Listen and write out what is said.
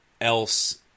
else